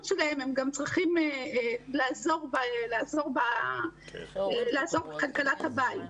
שלהם אלא הם גם צריכים לעזור בכלכלת הבית.